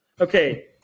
Okay